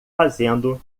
fazendo